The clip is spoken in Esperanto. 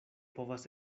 povas